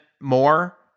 more